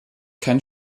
kein